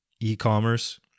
E-commerce